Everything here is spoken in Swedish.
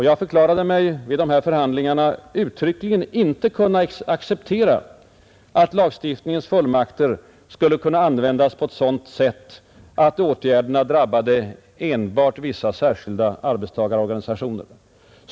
Jag förklarade mig vid dessa förhandlingar uttryckligen inte kunna acceptera att lagstiftningens fullmakter skulle kunna användas på sådant sätt att åtgärderna drabbade enbart vissa särskilda arbetstagarorganisationer.